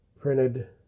printed